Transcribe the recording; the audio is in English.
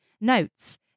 notes